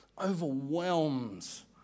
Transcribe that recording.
overwhelms